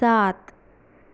सात